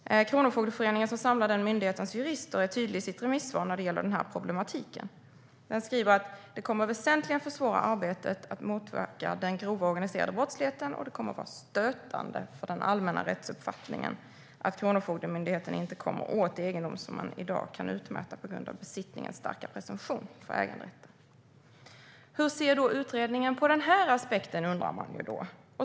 Kronofogdeföreningen, som samlar myndighetens jurister, är tydlig i sitt remissvar när det gäller den här problematiken. Den skriver: Det kommer väsentligen att försvåra arbetet att motverka den grova organiserade brottsligheten, och det kommer att vara stötande för den allmänna rättsuppfattningen att Kronofogdemyndigheten inte kommer åt egendom som man i dag kan utmäta på grund av besittningens starka presumtion för äganderätten. Hur ser då utredningen på den här aspekten? Det undrar man.